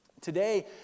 Today